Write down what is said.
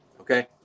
okay